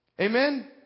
Amen